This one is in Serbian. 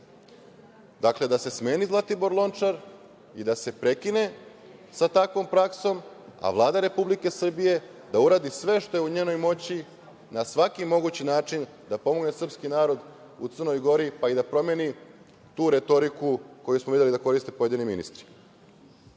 govori. Dakle, da se smeni Zlatibor Lončar i da se prekine sa takvom praksom, a Vlada Republike Srbije da uradi sve što je u njenoj moći na svaki mogući način da pomogne srpski narod u Crnoj Gori, pa i da promeni tu retoriku koju smo videli da koriste pojedini ministri.